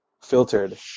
filtered